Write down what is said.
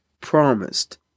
promised